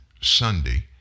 Sunday